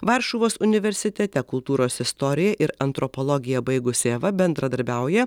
varšuvos universitete kultūros istoriją ir antropologiją baigusi eva bendradarbiauja